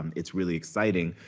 um it's really exciting.